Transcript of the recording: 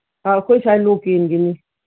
ꯑꯥ ꯑꯩꯈꯣꯏ ꯁꯥꯏ ꯂꯣꯀꯦꯜꯒꯤꯅꯤ